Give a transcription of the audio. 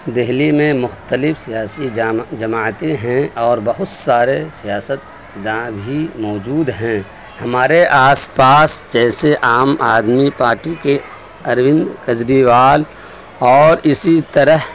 دہلی میں مختلف سیاسی جمع جماعتیں ہیں اور بہت سارے سیاستداں بھی موجود ہیں ہمارے آس پاس جیسے عام آدمی پارٹی کے اروند کیجریوال اور اسی طرح